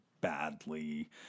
badly